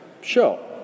show